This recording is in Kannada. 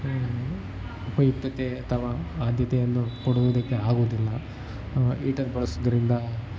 ಉಪಯುಕ್ತತೆ ಅಥವಾ ಆದ್ಯತೆಯನ್ನು ಕೊಡುವುದಕ್ಕೆ ಆಗುವುದಿಲ್ಲ ಈಟರ್ ಬಳಸುವುದ್ರಿಂದ